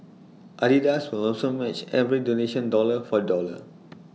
Adidas will also match every donation dollar for dollar